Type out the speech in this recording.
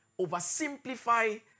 oversimplify